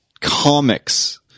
comics